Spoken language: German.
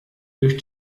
durch